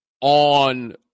on